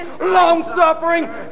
long-suffering